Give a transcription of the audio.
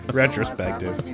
retrospective